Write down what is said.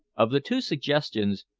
of the two suggestions,